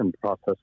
process